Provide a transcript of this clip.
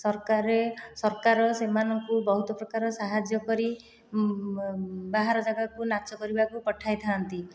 ସରକାରରେ ସରକାର ସେମାନଙ୍କୁ ବହୁତ ପ୍ରକାର ସାହାଯ୍ୟ କରି ବାହାର ଯାଗାକୁ ନାଚ କରିବାକୁ ପଠାଇଥାନ୍ତି